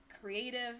creative